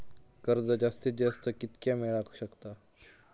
कर्ज जास्तीत जास्त कितक्या मेळाक शकता?